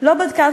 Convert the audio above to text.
לא בדקה,